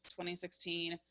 2016